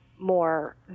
more